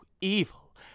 evil